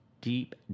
deep